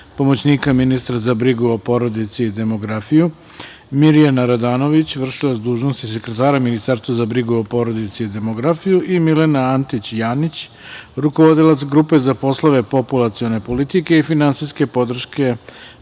pomoćnika ministra za brigu o porodici i demografiju, Mirjana Radanović, vršilac dužnosti sekretara za brigu o porodici i demografiju i Milena Antić Janić, rukovodilac Grupe za poslove populacione politike i finansijske podrške